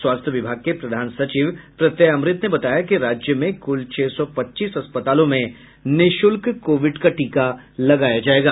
स्वास्थ्य विभाग के प्रधान सचिव प्रत्यय अमृत ने बताया कि राज्य में कुल छह सौ पच्चीस अस्पतालों में निःशुल्क कोविड का टीका लगाया जायेगा